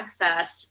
access